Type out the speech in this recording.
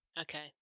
Okay